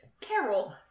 Carol